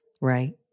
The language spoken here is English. Right